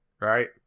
right